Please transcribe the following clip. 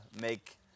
make